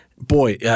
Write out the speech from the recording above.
boy